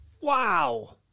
Wow